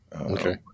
Okay